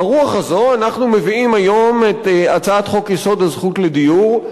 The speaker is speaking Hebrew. ברוח הזו אנחנו מביאים היום את הצעת חוק-יסוד: הזכות לדיור.